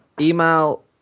email